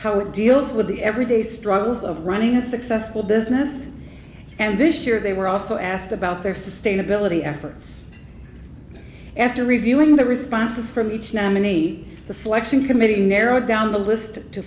deals with the everyday struggles of running a successful business and this year they were also asked about their sustainability efforts after reviewing the responses from each nominate the selection committee narrowed down the list to